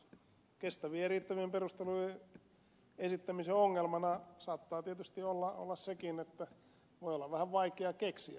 kestävien ja riittävien perustelujen esittämisen ongelmana saattaa tietysti olla sekin että voi olla vähän vaikea keksiä semmoisia perusteluita